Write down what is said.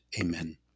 Amen